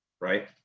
right